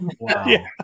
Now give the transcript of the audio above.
wow